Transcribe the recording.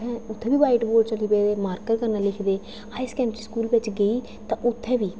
उत्थै बी बाइटबोर्ड चली पेदे मार्कर कन्नै लिखदे हाई सकैंडरी स्कूल बिच्च गेई तां उत्थै बी ब